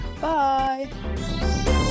Bye